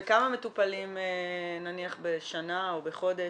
וכמה מטופלים נניח בשנה או בחודש?